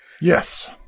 yes